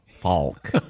Falk